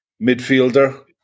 midfielder